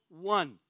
one